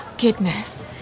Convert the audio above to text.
goodness